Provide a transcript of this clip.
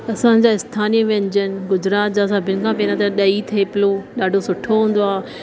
असांजा स्थानीय व्यंजन गुजरात जा सभिनि खां पहिरियों त ॾही थेपलो ॾाढो सुठो हूंदो आहे